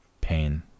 pain